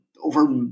over